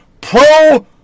Pro